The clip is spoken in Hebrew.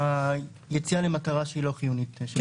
יציאה למטרה שהיא לא חיונית.